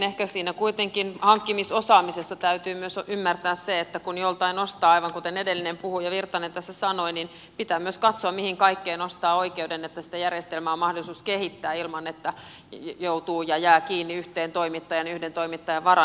ehkä siinä hankkimisosaamisessa täytyy kuitenkin myös ymmärtää se että kun joltain ostaa aivan kuten edellinen puhuja virtanen tässä sanoi niin pitää myös katsoa mihin kaikkeen ostaa oikeuden niin että sitä järjestelmää on mahdollisuus kehittää ilman että jää kiinni yhteen toimittajaan ja joutuu yhden toimittajan varaan